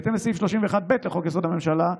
בהתאם לסעיף 31(ב) לחוק-יסוד: הממשלה,